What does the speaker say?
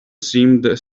seemed